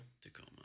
Tacoma